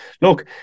look